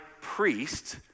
priest